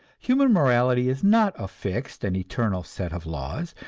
human morality is not a fixed and eternal set of laws,